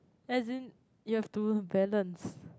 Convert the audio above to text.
as in you have to balance